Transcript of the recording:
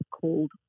called